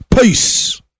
Peace